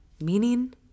meaning